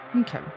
Okay